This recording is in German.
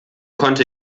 konnte